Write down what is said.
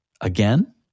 again